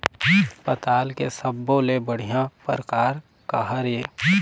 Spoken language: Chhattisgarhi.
पताल के सब्बो ले बढ़िया परकार काहर ए?